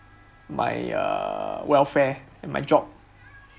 my err welfare and my job